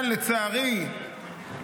לצערי,